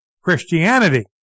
Christianity